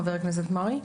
חבר הכנסת מרעי.